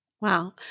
Wow